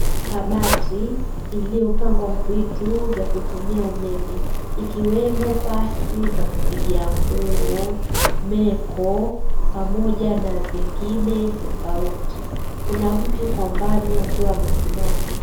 Kabati iliyopangwa vitu vya kutumia umeme ikiwemo pasi za kupigia nguo, meko pamoja na vingine tofauti. Kuna mtu kwa mbali akiwa amesimama.